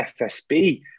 FSB